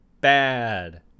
bad